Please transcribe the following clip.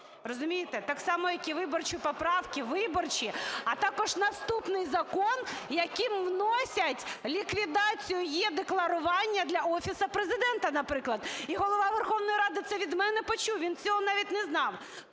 розумієте, так само як і виборчі поправки, виборчі, а також наступний закон, яким вносять ліквідацію е-декларування для Офісу Президента, наприклад. І Голова Верховної Ради це від мене почув, він цього навіть не знав.